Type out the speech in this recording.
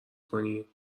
کنی